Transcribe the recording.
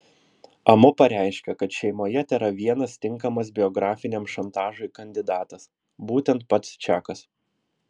amu pareiškė kad šeimoje tėra vienas tinkamas biografiniam šantažui kandidatas būtent pats čakas